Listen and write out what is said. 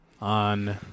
on